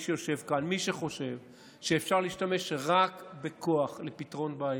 שיושב כאן: מי שחושב שאפשר להשתמש רק בכוח לפתרון בעיות,